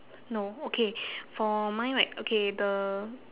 no okay for mine right okay the